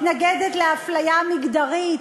מתנגדת לאפליה מגדרית,